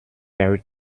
very